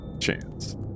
chance